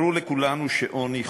ברור לכולנו שעוני,